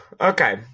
Okay